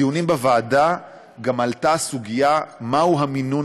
בדיונים בוועדה גם עלתה הסוגיה של המינון